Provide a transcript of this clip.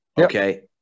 Okay